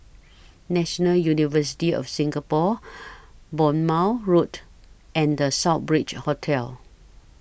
National University of Singapore Bournemouth Road and The Southbridge Hotel